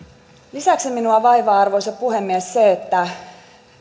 lisäksi minua vaivaa arvoisa puhemies se että